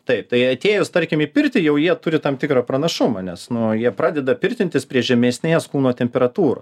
taip tai atėjus tarkim į pirtį jau jie turi tam tikrą pranašumą nes nu jie pradeda pirtintis prie žemesnės kūno temperatūro